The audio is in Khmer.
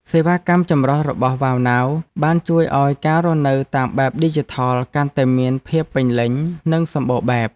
សេវាកម្មចម្រុះរបស់វ៉ៅណាវបានជួយឱ្យការរស់នៅតាមបែបឌីជីថលកាន់តែមានភាពពេញលេញនិងសម្បូរបែប។